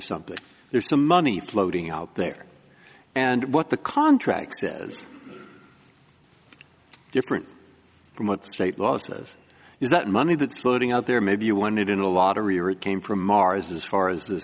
something there's some money floating out there and what the contract says different from what the state law says is that money that's floating out there maybe you won it in a lottery or it came from mars as far as